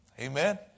Amen